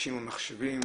ל'אנשים ומחשבים',